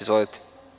Izvolite.